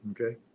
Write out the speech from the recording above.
Okay